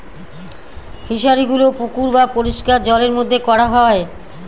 ফিশারিগুলো পুকুর বা পরিষ্কার জলের মধ্যে করা হয়